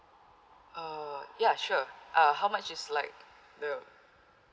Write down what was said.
uh ya sure uh how much is like the